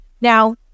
Now